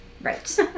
Right